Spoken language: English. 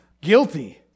Guilty